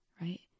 right